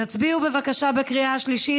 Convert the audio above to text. תצביעו בבקשה בקריאה שלישית.